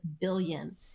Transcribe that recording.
billion